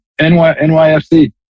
NYFC